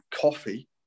coffee